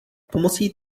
pomocí